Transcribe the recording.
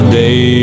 day